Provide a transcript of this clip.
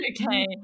okay